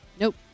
Nope